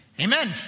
Amen